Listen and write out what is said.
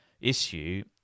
issue